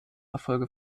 erfolge